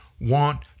want